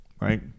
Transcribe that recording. right